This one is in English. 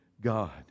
God